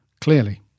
clearly